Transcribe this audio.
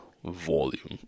volume